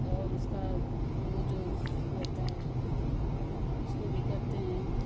और उसका वह जो होता है उसको भी करते हैं